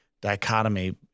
dichotomy